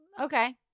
Okay